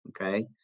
Okay